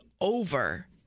over